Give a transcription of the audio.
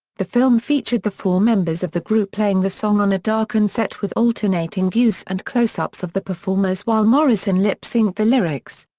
the film featured the four members of the group playing the song on a darkened set with alternating views and close-ups of the performers while morrison lip-synched the lyrics.